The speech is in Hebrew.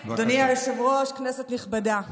לא ציטטת בהקשר הנכון.